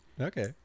Okay